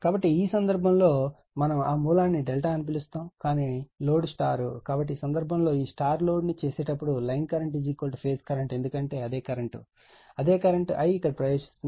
కాబట్టి ఈ సందర్భంలో మనం ఆ మూలాన్ని ∆ అని పిలుస్తాము కాని లోడ్ Y కాబట్టి ఈ సందర్భంలో ఈ Y లోడ్ ను చేసేటప్పుడు లైన్ కరెంట్ ఫేజ్ కరెంట్ ఎందుకంటే అదే కరెంట్ అదే కరెంట్ I ఇక్కడ ప్రవేశిస్తుంది